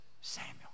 Samuel